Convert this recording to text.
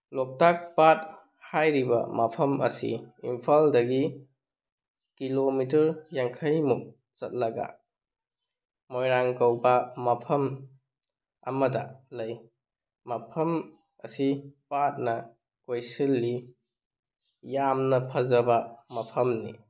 ꯂꯣꯛꯇꯥꯛ ꯄꯥꯠ ꯍꯥꯏꯔꯤꯕ ꯃꯐꯝ ꯑꯁꯤ ꯏꯝꯐꯥꯜꯗꯒꯤ ꯀꯤꯂꯣꯃꯤꯇꯔ ꯌꯥꯡꯈꯩꯃꯨꯛ ꯆꯠꯂꯒ ꯃꯣꯏꯔꯥꯡ ꯀꯧꯕ ꯃꯐꯝ ꯑꯃꯗ ꯂꯩ ꯃꯐꯝ ꯑꯁꯤ ꯄꯥꯠꯅ ꯀꯣꯏꯁꯤꯜꯂꯤ ꯌꯥꯝꯅ ꯐꯖꯕ ꯃꯐꯝꯅꯤ